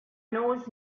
knows